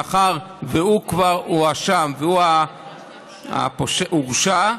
מאחר שהוא כבר הואשם והוא הורשע,